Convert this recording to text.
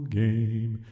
game